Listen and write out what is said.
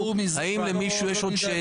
יותר ברור מזה --- האם למישהו יש עוד שאלה